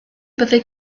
byddi